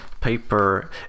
paper